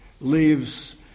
leaves